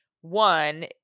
One